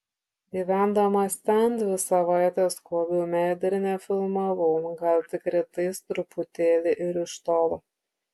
gyvendamas ten dvi savaites skobiau medį ir nefilmavau gal tik rytais truputėlį ir iš tolo